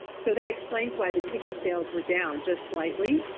so that explains why the ticket sales were down just slightly,